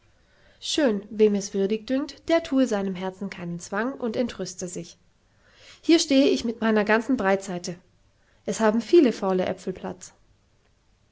schön wem es würdig dünkt der thue seinem herzen keinen zwang an und entrüste sich hier stehe ich mit meiner ganzen breitseite es haben viele faule äpfel platz